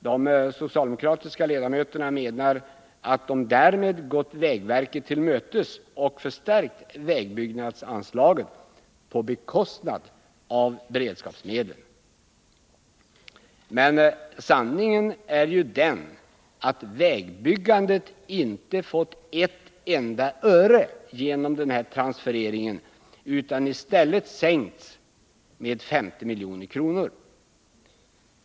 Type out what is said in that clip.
De socialdemokratiska ledamöterna menar att de därmed gått vägverket till mötes och förstärkt vägbyggnadsanslaget på bekostnad av beredskapsmedlen. Men sanningen är ju den att vägbyggandet inte fått ett enda öre genom den här transfereringen, utan att anslaget i stället sänkts med 50 milj.kr.